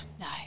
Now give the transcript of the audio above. No